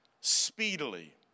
speedily